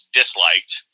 disliked